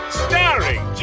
starring